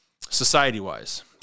society-wise